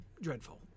dreadful